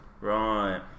Right